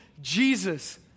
Jesus